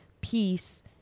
peace